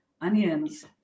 onions